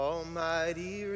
Almighty